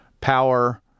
power